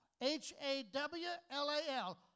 H-A-W-L-A-L